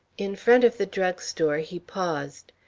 in front of the drug-store he paused.